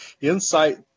insight